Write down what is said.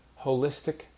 Holistic